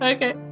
Okay